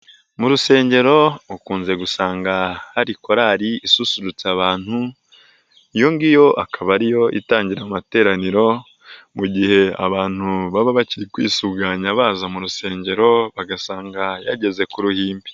Mu Rusengero ukunze gusanga hari korali isusurutsa abantu, iyo ngiyo akaba ariyo itangira amateraniro, mu gihe abantu baba bari kwisuganya baza mu Rusengero bagasanga yageze ku ruhimbi.